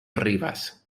rivas